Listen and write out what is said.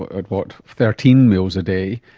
ah ah what, thirteen mls a day,